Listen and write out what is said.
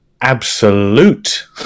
absolute